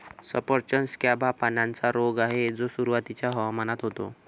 सफरचंद स्कॅब हा पानांचा रोग आहे जो सुरुवातीच्या हवामानात होतो